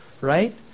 right